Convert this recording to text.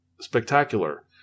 spectacular